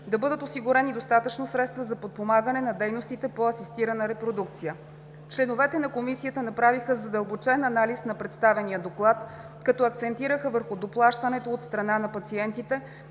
Да бъдат осигурени достатъчни средства за подпомагане на дейностите по асистирана репродукция.“ Членовете на Комисията направиха задълбочен анализ на представения доклад, като акцентираха върху доплащането от страна на пациентите,